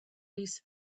loose